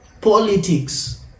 politics